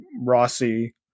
rossi